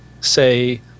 say